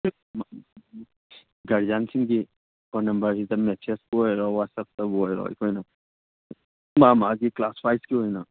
ꯒꯥꯔꯖꯤꯌꯟꯁꯤꯡꯒꯤ phone ꯅꯝꯕꯦꯔꯁꯤꯗ ꯃꯦꯁꯦꯁꯄꯨ ꯑꯏꯔꯣ ꯋꯥꯁꯑꯦꯞꯄꯨ ꯑꯣꯏꯔꯣ ꯃꯥꯒꯤ ꯃꯥꯒꯤ ꯀ꯭ꯂꯥꯁ ꯋꯥꯏꯁꯀꯤ ꯑꯣꯏꯅ